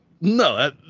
No